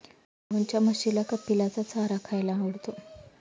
मोहनच्या म्हशीला कपिलाचा चारा खायला आवडतो